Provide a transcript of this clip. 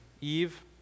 Eve